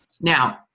Now